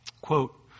quote